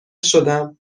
شدم